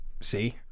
see